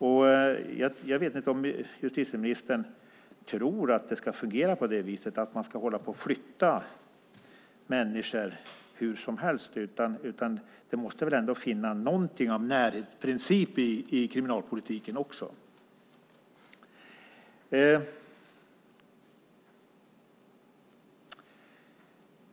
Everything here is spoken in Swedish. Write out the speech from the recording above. Jag vet inte om justitieministern har tänkt sig att man ska hålla på och flytta människor hur som helst. Det måste väl ändå finnas något av närhetsprincip i kriminalpolitiken också?